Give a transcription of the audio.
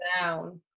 down